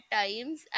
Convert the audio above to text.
times